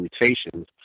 mutations